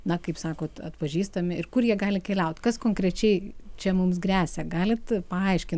na kaip sakot atpažįstami ir kur jie gali keliaut kas konkrečiai čia mums gresia galit paaiškint